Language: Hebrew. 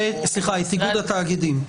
סליחה, את איגוד התאגידים.